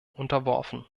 unterworfen